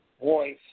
voice